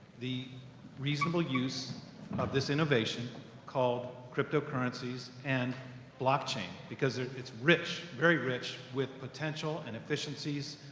the reasonable use of this innovation called cryptocurrencies, and blockchain, because it's rich, very rich with potential, and efficiencies,